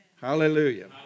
Hallelujah